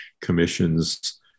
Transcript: commissions